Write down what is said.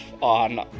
on